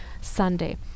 Sunday